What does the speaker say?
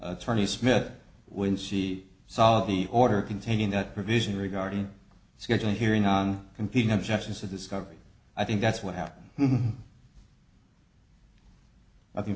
attorney smith when she saw the order containing that provision regarding scheduling hearing on competing objections to discovery i think that's what happen